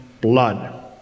blood